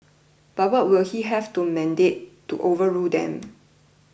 but will he have the mandate to overrule them